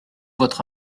votre